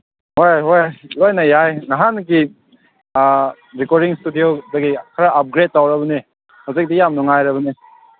ꯍꯣꯏ ꯍꯣꯏ ꯂꯣꯏꯅ ꯌꯥꯏ ꯅꯍꯥꯟꯒꯤ ꯔꯦꯀꯣꯔꯗꯤꯡ ꯏꯁꯇꯨꯗꯤꯌꯣꯗꯒꯤ ꯈꯔ ꯑꯞꯒ꯭ꯔꯦꯠ ꯇꯧꯔꯕꯅꯤ ꯍꯧꯖꯤꯛꯇꯤ ꯌꯥꯝ ꯅꯨꯡꯉꯥꯏꯔꯕꯅꯤ